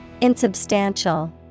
Insubstantial